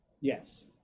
Yes